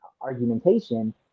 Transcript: argumentation